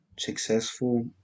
successful